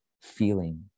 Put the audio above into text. feeling